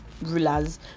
rulers